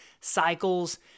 cycles